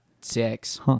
six